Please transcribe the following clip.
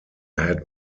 had